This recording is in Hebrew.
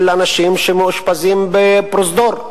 של אנשים שמאושפזים בפרוזדור.